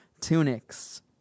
tunics